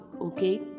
okay